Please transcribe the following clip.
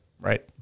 right